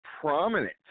prominent